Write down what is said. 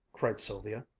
cried sylvia,